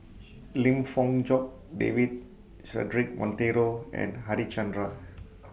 Lim Fong Jock David Cedric Monteiro and Harichandra